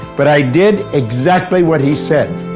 but i did exactly what he said,